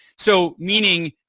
so, meaning,